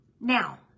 now